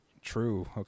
True